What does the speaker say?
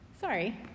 sorry